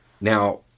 Now